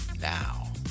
Now